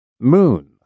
Moon